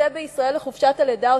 שמוקצה בישראל לחופשת הלידה,